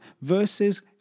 versus